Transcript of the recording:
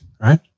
Right